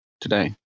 today